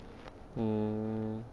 mm